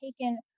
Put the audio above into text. taken